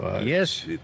Yes